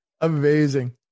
Amazing